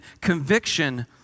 conviction